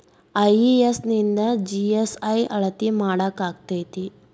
IES ನಿಂದ GNI ಅಳತಿ ಮಾಡಾಕಕ್ಕೆತಿ?